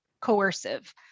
coercive